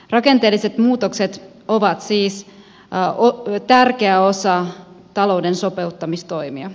rakenteelliset muutokset ovat siis tärkeä osa talouden sopeuttamistoimia